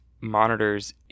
monitors